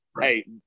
hey